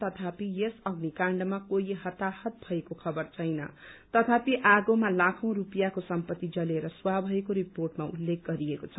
तथापि यस अग्निकाण्डमा कुनै व्यक्ति हताहत भएको खबर छैन तथापि आगोमा लाखौं रुपियाँको सम्पत्ति जलेर स्वाहा भएको रिपोर्टमा उल्लेख गरिएको छ